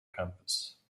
campus